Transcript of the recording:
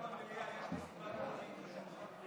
צריך לעשות הפסקה במליאה בשעה 17:00,